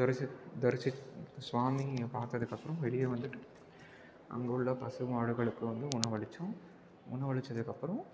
தரிசித் தரிசித் சுவாமியை பார்த்ததுக்கு அப்பறம் வெளியே வந்துட்டு அங்கே உள்ள பசுமாடுகளுக்கு வந்து உணவளித்தோம் உணவளித்தத்துக்கு அப்பறம்